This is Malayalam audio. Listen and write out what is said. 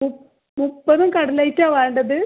മുപ്പ് മുപ്പതും കട്ലറ്റ് ആണോ വേണ്ടത്